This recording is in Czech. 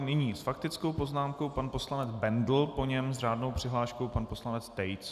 Nyní s faktickou poznámkou pan poslanec Bendl, po něm s řádnou přihláškou pan poslanec Tejc.